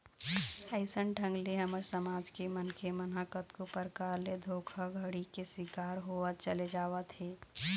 अइसन ढंग ले हमर समाज के मनखे मन ह कतको परकार ले धोखाघड़ी के शिकार होवत चले जावत हे